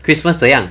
christmas 怎样